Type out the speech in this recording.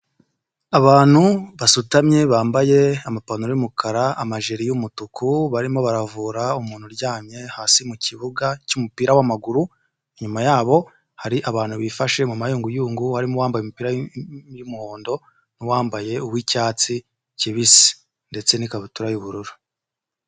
Abantu basutamye bambaye amapantaro y'umukara amajeri y'umutuku barimo baravura umuntu uryamye hasi mu kibuga cy'umupira w'amaguru, inyuma yabo hari abantu bifashe mu mayunguyungu harimo uwambaye umupira w'umuhondo n'uwambaye uw'icyatsi kibisi ndetse n'ikabutura y'ubururu.